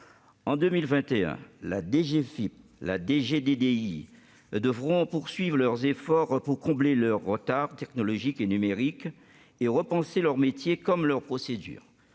et droits indirects (DGDDI) devront poursuivre leurs efforts pour combler leur retard technologique et numérique et repenser leurs métiers comme leurs procédures.